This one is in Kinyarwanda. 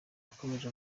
yakomeje